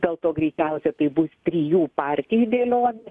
dėl to greičiausia tai bus trijų partijų dėlionė